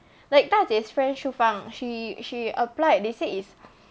like 大姐 's friend shu fang she she applied they say is